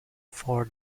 for